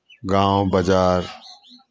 गाँव बाजार